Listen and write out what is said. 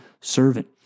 servant